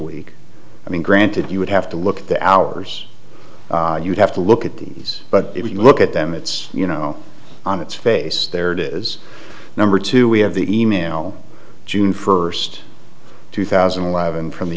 week i mean granted you would have to look at the hours you'd have to look at these but if you look at them it's you know on its face there it is number two we have the e mail june first two thousand and eleven from the